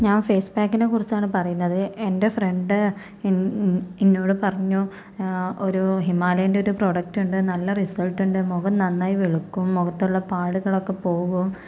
ഞാൻ ഫേസ്പാക്കിനെ കുറിച്ചാണ് പറയുന്നത് എൻ്റെ ഫ്രണ്ട് എൻ ഇന്നോട് പറഞ്ഞു ഒരു ഹിമാലയേൻ്റൊരു പ്രോഡക്റ്റ്ണ്ട് നല്ല റിസൾട്ടുണ്ട് മുഖം നന്നായി വെളുക്കും മുഖത്തുള്ള പാടുകളൊക്കെ പോകും